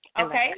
Okay